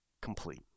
complete